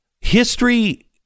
History